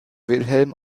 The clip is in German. wilhelm